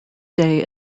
day